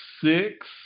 six